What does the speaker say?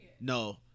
No